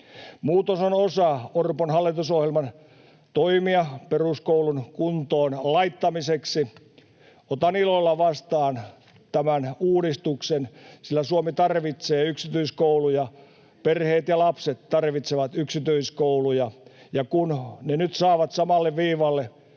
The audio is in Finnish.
Muutos on osa Orpon hallitusohjelman toimia peruskoulun kuntoon laittamiseksi. Otan ilolla vastaan tämän uudistuksen, sillä Suomi tarvitsee yksityiskouluja, perheet ja lapset tarvitsevat yksityiskouluja, ja kun ne nyt saadaan samalle viivalle